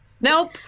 Nope